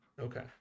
okay